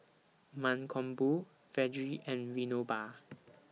Mankombu Vedre and Vinoba